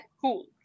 cool